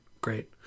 great